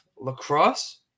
lacrosse